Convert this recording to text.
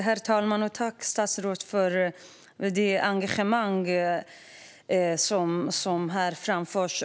Herr talman! Tack för det engagemang som visas här, statsrådet!